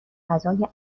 فضای